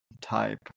type